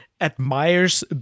admires